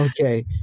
Okay